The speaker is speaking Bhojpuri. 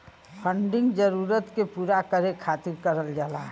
फंडिंग जरूरत के पूरा करे खातिर करल जाला